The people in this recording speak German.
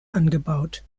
angebaut